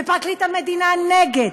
ופרקליט המדינה נגד,